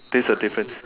place of difference